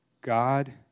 God